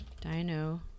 Dino